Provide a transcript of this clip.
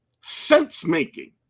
sense-making